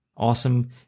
Awesome